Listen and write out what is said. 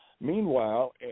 Meanwhile